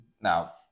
Now